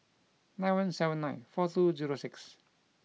nine one seven nine four two zero six